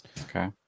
Okay